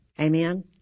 Amen